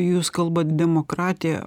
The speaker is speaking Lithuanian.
jūs kalbat demokratija